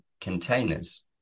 containers